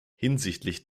hinsichtlich